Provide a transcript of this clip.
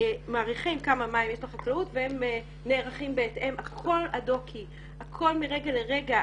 שמעריכים כמה מים יש לחקלאות והם נערכים בהתאם אבל הכול מרגע לרגע.